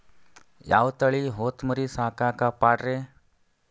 ಯಾವ ತಳಿ ಹೊತಮರಿ ಸಾಕಾಕ ಪಾಡ್ರೇ?